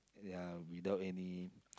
ya without any